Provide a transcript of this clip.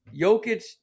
Jokic